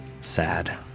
Sad